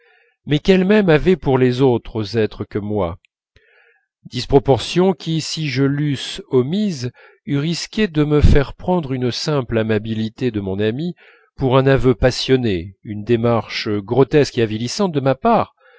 mais qu'elle-même avait pour les autres êtres que moi disproportion qui si je l'eusse omise eût risqué de me faire prendre une simple amabilité de mon amie pour un aveu passionné une démarche grotesque et avilissante de ma part